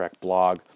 blog